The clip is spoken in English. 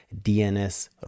dns